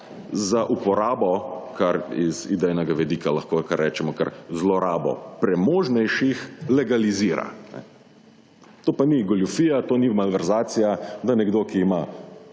za uporabo kar iz idejnega vidika lahko kar rečemo kar zelorabo premožnejših legalizira. To pa ni goljufija, to ni malverzacija, da nekdo, ki ima